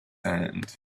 hand